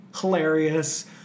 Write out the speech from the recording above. hilarious